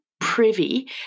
privy